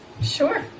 Sure